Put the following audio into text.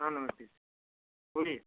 हाँ नमस्ते जी बोलिए